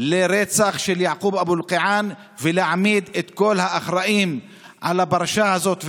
לרצח יעקוב אבו אלקיעאן ולהעמיד את כל האחראים לפרשה הזאת,